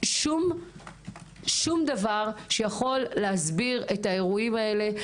שום דבר שיכול להסביר את האירועים האלה.